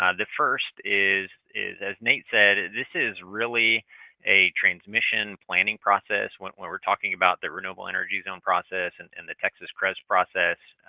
ah the first is, as nate said, this is really a transmission planning process when when we're talking about the renewable energy zone process and and the texas crez process.